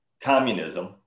communism